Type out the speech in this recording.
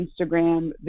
Instagram